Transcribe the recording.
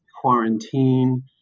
quarantine